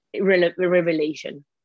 revelation